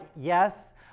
yes